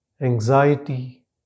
anxiety